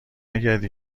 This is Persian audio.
نکردی